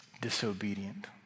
disobedient